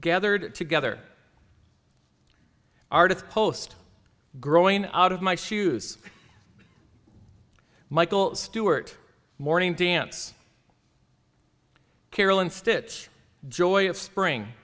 gathered together art of post growing out of my shoes michael stewart morning dance carolyn stitch joy of spring